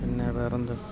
പിന്നെ വേറെന്താ